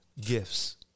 gifts